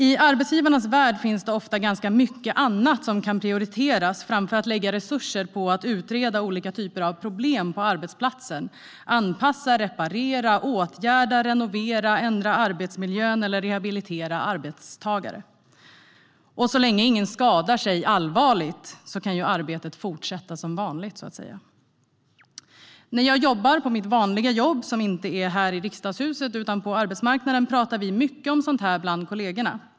I arbetsgivarnas värld finns det ofta ganska mycket annat som kan prioriteras framför att lägga resurser på att utreda olika typer av problem på arbetsplatsen, anpassa, reparera, åtgärda, renovera, ändra arbetsmiljön eller rehabilitera arbetstagare. Så länge ingen skadar sig allvarligt kan arbetet fortsätta som vanligt. När jag jobbar på mitt vanliga jobb, som inte är här i riksdagshuset utan på arbetsmarknaden, pratar vi mycket om sådant bland kollegorna.